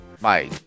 Mike